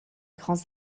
grands